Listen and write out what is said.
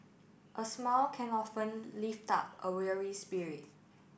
a smile can often lift up a weary spirit